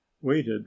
waited